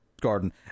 Garden